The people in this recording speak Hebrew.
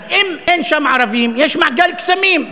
אז אם אין שם ערבים יש מעגל קסמים,